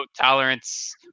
tolerance